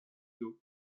d’eau